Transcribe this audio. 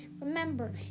Remember